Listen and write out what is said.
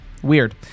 weird